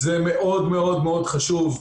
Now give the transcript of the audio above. זה מאוד מאוד מאוד חשוב,